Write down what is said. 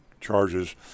charges